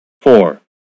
Four